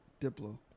Diplo